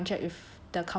break the contract with